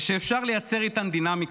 ושאפשר לייצר איתן דינמיקות.